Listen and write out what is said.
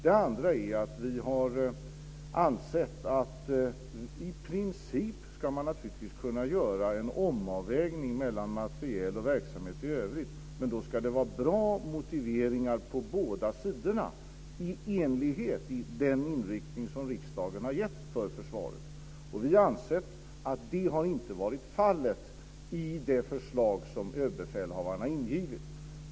Det andra är att vi har tillsett att man i princip ska kunna göra en omavvägning mellan materiel och verksamhet i övrigt. Men då ska det vara bra motiveringar på båda sidorna, i enlighet med den inriktning som riksdagen har gett för försvaret. Vi har ansett att det inte har varit fallet i det förslag som Överbefälhavaren har ingivit.